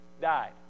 died